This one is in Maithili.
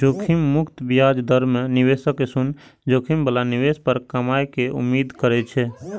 जोखिम मुक्त ब्याज दर मे निवेशक शून्य जोखिम बला निवेश पर कमाइ के उम्मीद करै छै